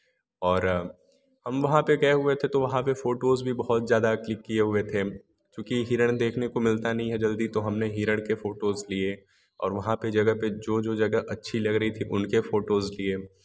और हम वहाँ पर गए हुए थे तो वहाँ पर फोटोज भी बहुत ज़्यादा क्लिक किए हुए थे क्योंकि हिरण देखने कि मिलता नहीं है जल्दी तो हमने हिरण के फोटोज़ लिए और वहाँ पर जगह पर जो जो जगह अच्छी लग रही थी उनके फोटोज़ लिए